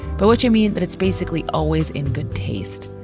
but which i mean that it's basically always in good taste.